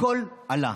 הכול עלה,